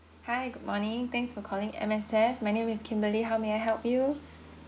hi good morning thanks for calling M_S_F my name is kimberly how may I help you